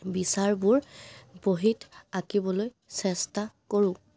বিচাৰবোৰ বহীত আঁকিবলৈ চেষ্টা কৰোঁ